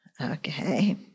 okay